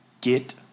get